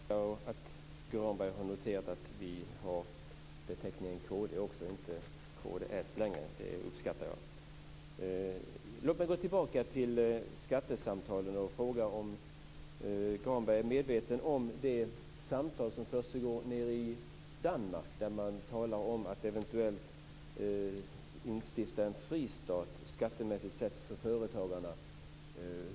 Herr talman! Jag tackar för att Granberg har noterat att vi har beteckningen kd, inte längre kds. Det uppskattar jag. Låt mig gå tillbaka till skattesamtalen och fråga om Granberg är medveten om de samtal som försiggår nere i Danmark. Man talar om att eventuellt instifta en fristat skattemässigt för företagarna.